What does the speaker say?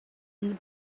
you